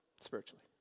spiritually